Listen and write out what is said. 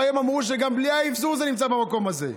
והם אמרו שגם בלי האבזור זה נמצא במקום הזה.